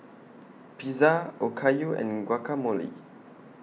Pizza Okayu and Guacamole